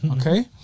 Okay